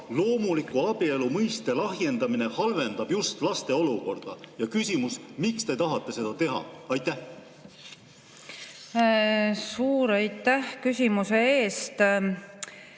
loomuliku abielu mõiste lahjendamine halvendab just laste olukorda. Ja küsimus: miks te tahate seda teha? Aitäh, lugupeetud istungi